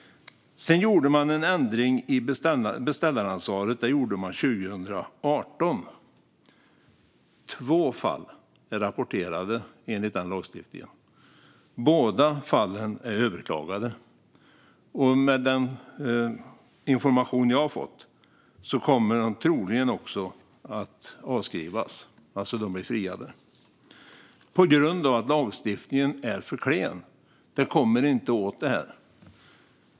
Man gjorde en ändring i beställaransvaret 2018. Två fall är rapporterade enligt den lagstiftningen. Båda fallen är överklagade, och enligt den information jag har fått kommer de troligen också att avskrivas. Företagen blir alltså friade på grund av att lagstiftningen är för klen. Den kommer inte åt det här.